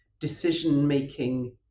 decision-making